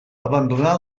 abandonà